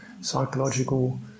psychological